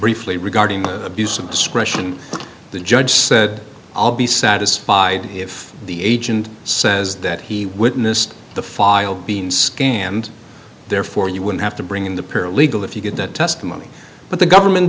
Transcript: briefly regarding abuse of discretion the judge said i'll be satisfied if the agent says that he witnessed the file being scammed therefore you would have to bring in the paralegal if you get that testimony but the government